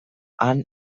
han